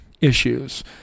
issues